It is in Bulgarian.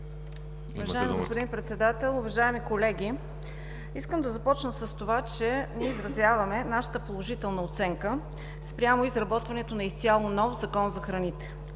Уважаеми господин Председател, уважаеми колеги! Искам да започна с това, че ние изразяваме нашата положителна оценка спрямо изработването на изцяло нов Закон за храните,